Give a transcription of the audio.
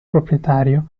proprietario